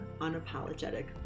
Unapologetic